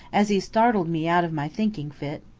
as he startled me out of my thinking fit.